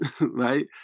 right